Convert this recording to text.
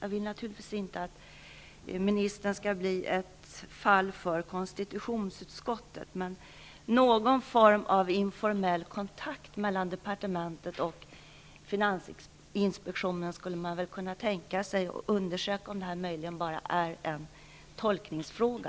Jag vill naturligtvis inte att ministern skall bli ett fall för konstitutionsutskottet. Men någon form av informell kontakt mellan departementet och finansinspektionen kan väl tänkas för att undersöka om detta är en tolkningsfråga?